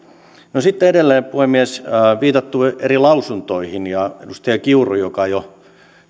sitten edelleen puhemies on viitattu eri lausuntoihin ja edustaja kiuru joka jo